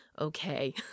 okay